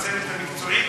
בצוות המקצועי,